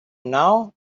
now